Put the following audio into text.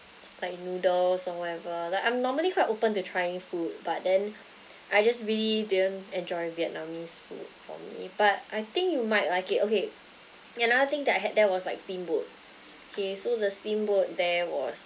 like noodles or whatever like I'm normally quite open to trying food but then I just really didn't enjoy vietnamese food for me but I think you might like it okay another thing that I had there was like steamboat okay so the steamboat there was